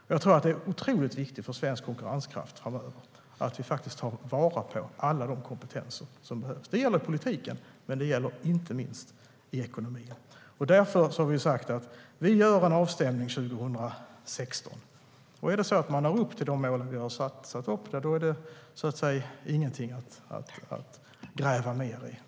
Jag tror att det är otroligt viktigt för svensk konkurrenskraft framöver att vi tar vara på alla de kompetenser som behövs. Det gäller i politiken och inte minst i ekonomin, och därför har vi sagt att vi gör en avstämning 2016. Är det då så att man når upp till de mål vi har satt upp så är det ingenting att gräva mer i.